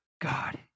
God